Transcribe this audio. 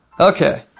Okay